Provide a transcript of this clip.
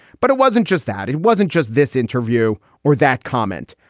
but it wasn't just that it wasn't just this interview or that comment.